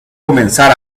comenzar